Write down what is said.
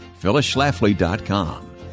phyllisschlafly.com